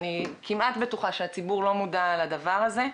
אני כמעט בטוחה שהציבור לא מודע לדבר הזה.